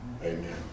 Amen